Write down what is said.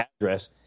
address